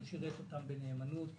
הוא שירת אותם בנאמנות,